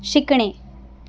शिकणे